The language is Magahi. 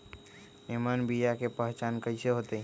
निमन बीया के पहचान कईसे होतई?